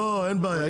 אין בעיה,